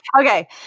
Okay